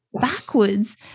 backwards